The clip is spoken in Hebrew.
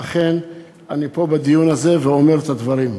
ואכן אני פה בדיון הזה ואומר את הדברים.